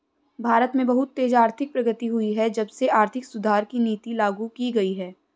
भारत में बहुत तेज आर्थिक प्रगति हुई है जब से आर्थिक सुधार की नीति लागू की गयी है